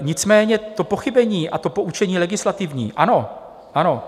Nicméně to pochybení a to poučení legislativní, ano, ano.